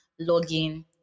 login